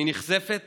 אני נחשפת